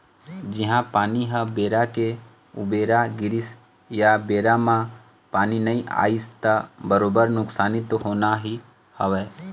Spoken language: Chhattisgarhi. जिहाँ पानी ह बेरा के उबेरा गिरिस या बेरा म पानी नइ आइस त बरोबर नुकसान तो होना ही हवय